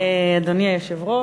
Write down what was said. אדוני היושב-ראש,